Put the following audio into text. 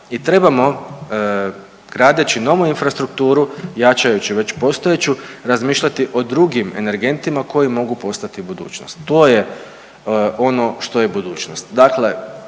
i trebamo, gradeći novu infrastrukturu, jačajući već postojeću, razmišljati o drugim energentima koji mogu postati budućnost. To je ono što je budućnost.